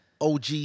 OG